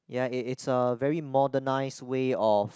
ya it it's a modernise way of